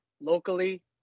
locally